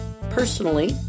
personally